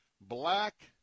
Black